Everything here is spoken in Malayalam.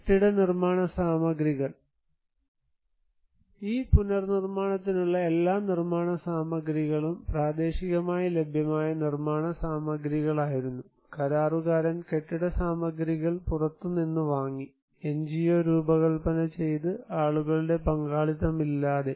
കെട്ടിട നിർമാണ സാമഗ്രികൾ ഈ പുനർനിർമ്മാണത്തിനുള്ള എല്ലാ നിർമാണ സാമഗ്രികളും പ്രാദേശികമായി ലഭ്യമായ നിർമാണ സാമഗ്രികളായിരുന്നു കരാറുകാരൻ കെട്ടിടസാമഗ്രികൾ പുറത്തു നിന്ന് വാങ്ങി എൻജിഒ രൂപകൽപ്പന ചെയ്തത് ആളുകളുടെ പങ്കാളിത്തമില്ലാതെ